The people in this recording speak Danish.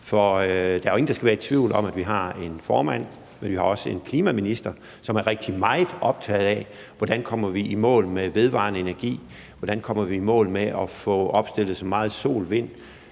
For der er jo ingen, der skal være i tvivl om, at vi har en formand, og vi har også en klimaminister, som er rigtig meget optaget af, hvordan vi kommer i mål med vedvarende energi, hvordan vi kommer i mål med at få opstillet så mange sol-